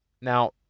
Now